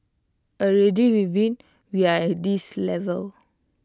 already with IT we are at this level